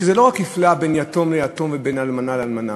שזה לא רק הפלה בין יתום ליתום ובין אלמנה לאלמנה,